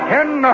Ten